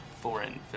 foreign